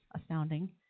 astounding